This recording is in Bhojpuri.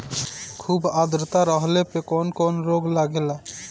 खुब आद्रता रहले पर कौन कौन रोग लागेला?